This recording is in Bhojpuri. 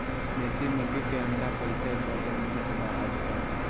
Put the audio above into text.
देशी मुर्गी के अंडा कइसे दर्जन मिलत बा आज कल?